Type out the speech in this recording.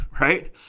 right